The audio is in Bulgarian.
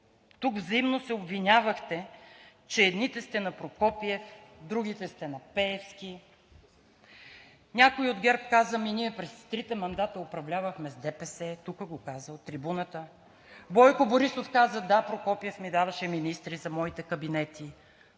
Тук взаимно се обвинявахте, че едните сте на Прокопиев, другите сте на Пеевски. Някой от ГЕРБ каза: „Ми ние през трите мандата управлявахме с ДПС“ – тук го каза, от трибуната. Бойко Борисов каза: „Да, Прокопиев ми даваше министри за моите кабинети.“